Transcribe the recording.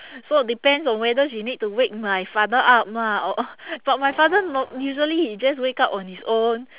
so depends on whether she need to wake my father up ah or but my father nor~ usually he just wake up on his own